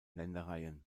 ländereien